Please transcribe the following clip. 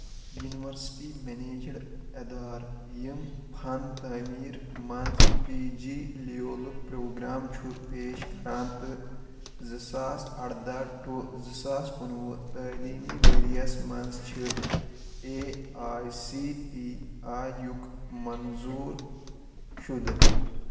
university میٚنیجڑ اِدارٕ یِم فن تعمیر مَنٛز پی جی لیولُک پروگرام چھُ پیش کران تہٕ زٕ ساس اَرداہ ٹُوٚ زٕ ساس کُنہٕ وُہ تعلیٖمی ؤرۍ یَس مَنٛز چھِ A I C T E یُک منظور شُدٕ